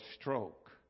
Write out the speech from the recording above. stroke